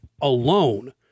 alone